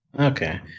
Okay